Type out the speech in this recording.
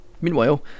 Meanwhile